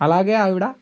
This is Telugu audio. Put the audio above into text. అలాగే ఆవిడ